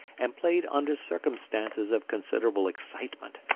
and played under circumstances of considerable excitement,